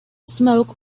smoke